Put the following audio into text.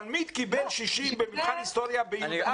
תלמיד קיבל 60 במבחן בכיתה י"א,